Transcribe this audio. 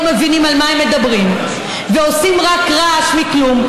מבינים על מה הם מדברים ועושים רק רעש מכלום,